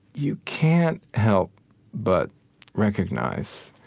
you can't help but recognize